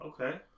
Okay